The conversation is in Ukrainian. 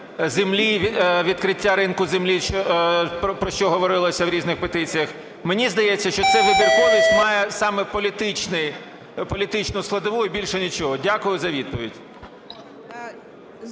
землі, відкриття ринку землі, про що говорилося в різних петиціях? Мені здається, що ця вибірковість має саме політичну складову і більше нічого. Дякую за відповідь.